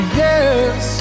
yes